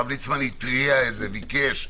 הרב ליצמן התריע וביקש: